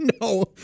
No